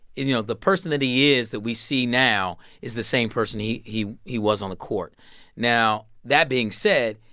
you know, the person that he is that we see now is the same person he he was on the court now, that being said,